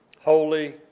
holy